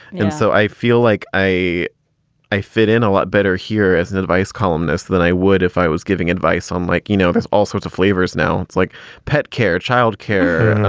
and so i feel like a i fit in a lot better here as an advice columnist than i would if i was giving advice on like, you know, there's all sorts of flavors now. it's like pet care, child care and,